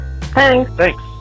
Thanks